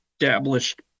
established